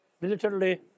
militarily